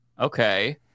okay